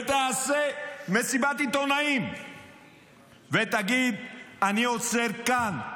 -- ותעשה מסיבת עיתונאים ותגיד: אני עוצר כאן.